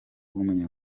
w’umunya